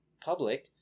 public